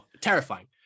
Terrifying